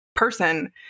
person